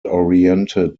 oriented